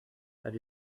have